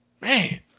Man